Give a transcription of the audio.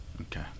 Okay